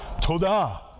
toda